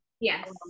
Yes